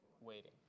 Waiting